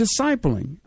discipling